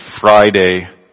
Friday